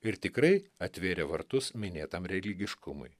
ir tikrai atvėrė vartus minėtam religiškumui